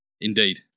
Indeed